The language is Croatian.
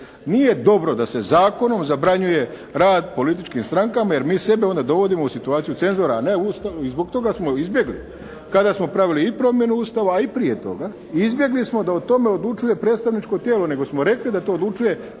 Nije dobro da se zakonom zabranjuje rad političkim strankama jer mi sebe onda dovodimo u situaciju cenzora a ne Ustav. I zbog toga smo ju izbjegli kada smo pravili i promjenu Ustava a i prije toga. Izbjegli smo da o tome odlučuje predstavničko tijelo, nego smo rekli da to odlučuje tijelo